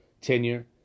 tenure